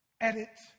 edit